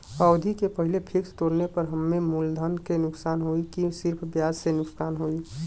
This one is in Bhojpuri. अवधि के पहिले फिक्स तोड़ले पर हम्मे मुलधन से नुकसान होयी की सिर्फ ब्याज से नुकसान होयी?